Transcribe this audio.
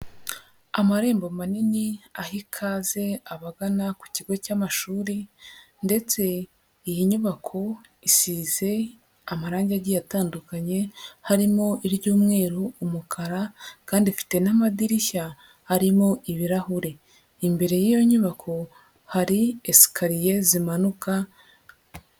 Amarembo manini aha ikaze abagana ku kigo cy'amashuri, ndetse iyi nyubako isize amarange agiye atandukanye, harimo iry'umweru, umukara kandi ifite n'amadirishya arimo ibirahure, imbere y'iyo nyubako hari esikariye zimanuka.